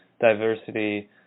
diversity